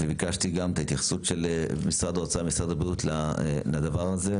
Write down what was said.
וביקשתי גם את ההתייחסות של משרד האוצר ומשרד הבריאות לדבר הזה,